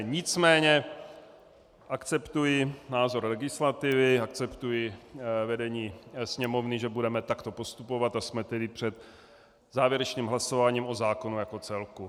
Nicméně akceptuji názor legislativy, akceptuji vedení Sněmovny, že budeme takto postupovat, a jsme tedy před závěrečným hlasováním o zákonu jako celku.